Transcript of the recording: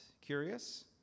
curious